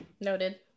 Noted